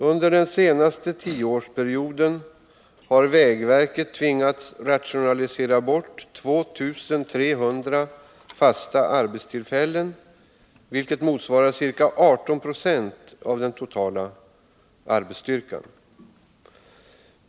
Under den senaste tioårsperioden har vägverket tvingats rationalisera bort 2 300 fasta arbetstillfällen, vilket motsvarar ca 18 90 av den totala arbetsstyrkan.